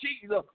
Jesus